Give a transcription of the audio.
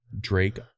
Drake